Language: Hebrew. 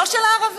לא של הערבים?